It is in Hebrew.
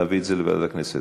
נביא את זה לוועדת הכנסת.